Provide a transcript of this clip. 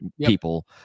people